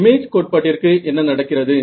image கோட்பாட்டிற்கு என்ன நடக்கிறது